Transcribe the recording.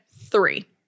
three